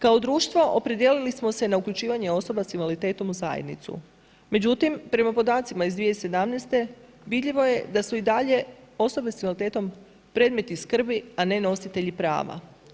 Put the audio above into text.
Kao društvo opredijelili smo se na uključivanje osoba s invaliditetom u zajednicu, međutim prema podacima iz 2017. vidljivo je da su i dalje osobe s invaliditetom predmeti skrbi, a ne nositelji prava.